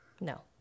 No